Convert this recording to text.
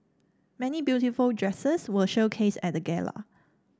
many beautiful dresses were showcased at the gala